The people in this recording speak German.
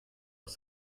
aus